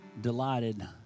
delighted